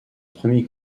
premier